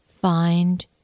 find